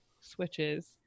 switches